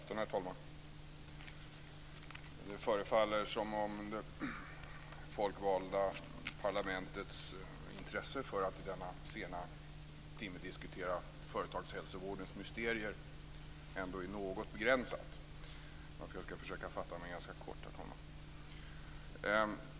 Herr talman! Det folkvalda parlamentets intresse för att denna sena timme diskutera företagshälsovårdens mysterier förefaller något begränsat, varför jag ska försöka fatta mig ganska kort.